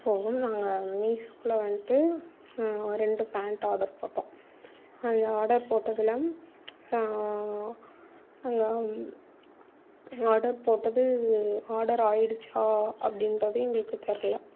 இப்போ வந்து நாங்கள் மீஷோவில வந்ட்டு ரெண்டு பேண்ட் ஆடர் போட்டோம் அதில் ஆடர் போட்டதில் ஆடர் போட்டது ஆடர் ஆயிடுச்சா அப்படின்றது எங்களுக்கு தெரில